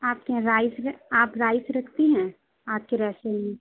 آپ کے یہاں رائس میں آپ رائس رکھتی ہیں آپ کے ریسٹورنٹ میں